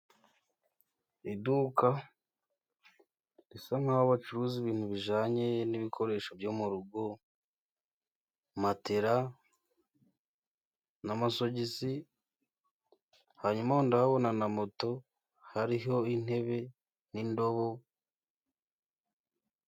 Iduka risa nkaho bacuruza ibintu bijyanye n'ibikoresho byo mugo, matela na amasosogisi, hanyuma ndahabona na moto, hariho intebe n'indobo.